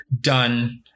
done